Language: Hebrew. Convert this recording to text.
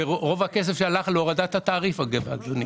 ורוב הכסף הלך להורדת התעריף, אגב.